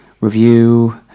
review